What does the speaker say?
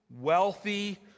wealthy